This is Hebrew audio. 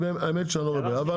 האמת שאני לא רואה בעיה.